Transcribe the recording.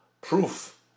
proof